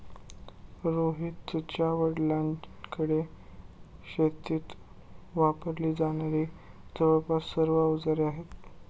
रोहितच्या वडिलांकडे शेतीत वापरली जाणारी जवळपास सर्व अवजारे आहेत